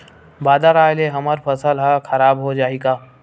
बादर आय ले हमर फसल ह खराब हो जाहि का?